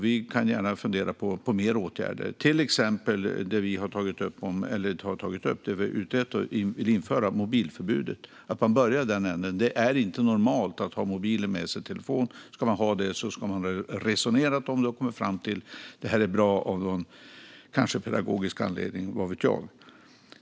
Vi funderar gärna på fler åtgärder, till exempel det vi har utrett och vill införa: mobilförbud. Man börjar i den änden. Det är inte normalt att ha telefon med sig. Ska man ha det ska man ha resonerat om det på skolan och kommit fram till att det är bra, kanske av någon pedagogisk anledning; vad vet jag.